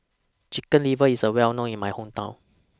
Chicken Liver IS Well known in My Hometown